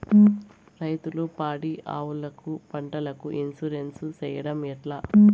రైతులు పాడి ఆవులకు, పంటలకు, ఇన్సూరెన్సు సేయడం ఎట్లా?